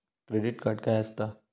Credit card काय असता?